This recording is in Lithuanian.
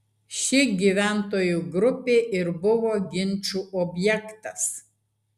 ši gyventojų grupė ir buvo ginčų objektas